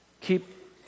Keep